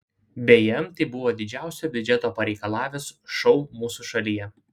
beje tai buvo didžiausio biudžeto pareikalavęs šou mūsų šalyje